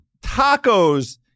tacos